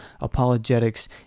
apologetics